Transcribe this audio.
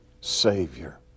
Savior